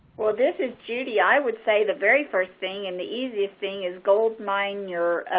well, this is judy. i would say the very first thing and the easiest thing is goldmine your